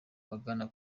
bagana